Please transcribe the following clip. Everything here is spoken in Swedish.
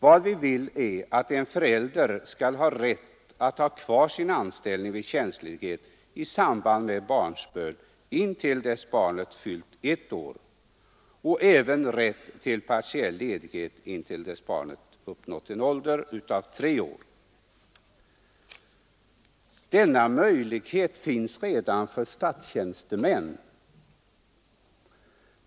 Vad vi vill är att en förälder skall få rätt att ha kvar sin anställning vid tjänstledighet i samband med barnsbörd intill dess barnet fyllt ett år och även rätt till partiell ledighet intill dess barnet uppnått en ålder av tre år, Denna möjlighet finns redan för statstjänstemän.